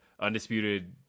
undisputed